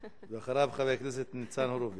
אחריו, חבר הכנסת ניצן הורוביץ.